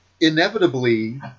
inevitably